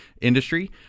industry